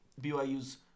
BYU's